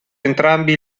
entrambi